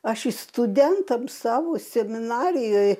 aš jį studentams savo seminarijoj